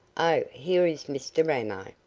oh, here is mr ramo!